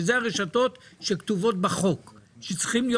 שזה הרשתות שכתובות בחוק שצריכות להיות